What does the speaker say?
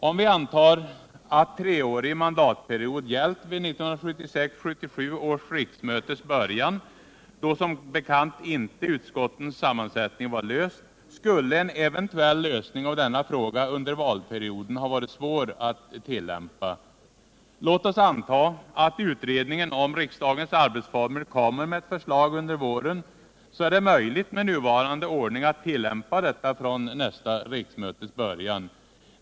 Om vi antar att treårig mandatperiod hade gällt vid 1976/77 års riksmötes början, då som bekant utskottens sammansättning inte var klar, skulle en eventuell lösning av denna fråga under valperioden ha varit svår att tillämpa. Låt oss anta att utredningen om riksdagens arbetsformer kommer med ett förslag under våren. Det är då möjligt med nuvarande ordning att tillämpa detta förslag från nästa riksmötes början.